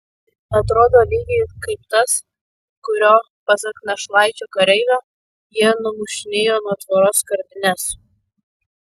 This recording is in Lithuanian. atrodo lygiai kaip tas kuriuo pasak našlaičio kareivio jie numušinėjo nuo tvoros skardines